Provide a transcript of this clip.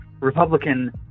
Republican